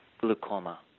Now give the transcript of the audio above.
glaucoma